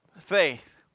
faith